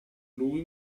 lui